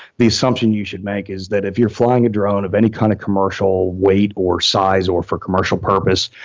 the assumption you should make is that if you're flying a drone of any kind of commercial weight or size or for a commercial purpose,